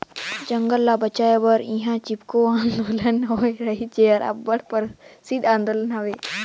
जंगल ल बंचाए बर इहां चिपको आंदोलन होए रहिस जेहर अब्बड़ परसिद्ध आंदोलन हवे